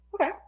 okay